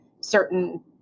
certain